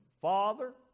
father